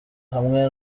hamwe